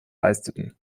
leisteten